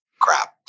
crap